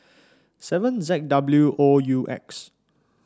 seven Z W O U X